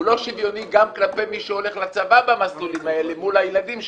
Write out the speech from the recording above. הוא לא שוויוני גם כלפי מי שהולך לצבא במסלולים האלה מול הילדים שלנו,